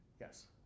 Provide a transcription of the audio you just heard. Yes